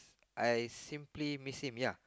I simply miss him ya